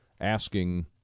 asking